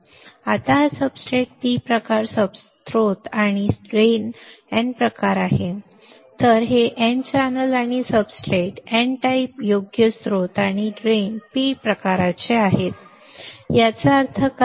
आता हा substrate P प्रकार स्त्रोत आणि ड्रेन N प्रकार आहे तर हे N चॅनेल आणि सब्सट्रेट N टाइप योग्य स्त्रोत आणि ड्रेन P प्रकाराचे आहेत याचा अर्थ काय